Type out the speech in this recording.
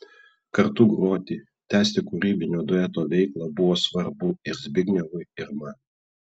kartu groti tęsti kūrybinio dueto veiklą buvo svarbu ir zbignevui ir man